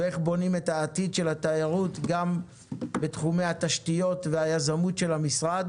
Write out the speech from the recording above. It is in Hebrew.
ואיך בונים את העתיד של התיירות גם בתחומי התשתיות והיזמות של המשרד.